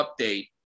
Update